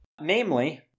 Namely